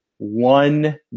one